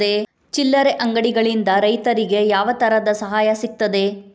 ಚಿಲ್ಲರೆ ಅಂಗಡಿಗಳಿಂದ ರೈತರಿಗೆ ಯಾವ ತರದ ಸಹಾಯ ಸಿಗ್ತದೆ?